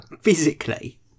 physically